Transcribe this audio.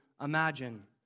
Imagine